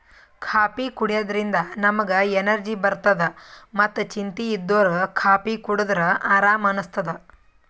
coffee ಕುಡ್ಯದ್ರಿನ್ದ ನಮ್ಗ್ energy ಬರ್ತದ್ ಮತ್ತ್ ಚಿಂತಿ ಇದ್ದೋರ್ ಕಾಫೀ ಕುಡದ್ರ್ ಆರಾಮ್ ಅನಸ್ತದ್